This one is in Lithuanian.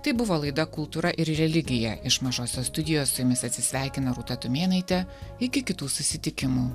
tai buvo laida kultūra ir religija iš mažosios studijos su jumis atsisveikina rūta tumėnaitė iki kitų susitikimų